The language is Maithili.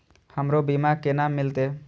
हमरो बीमा केना मिलते?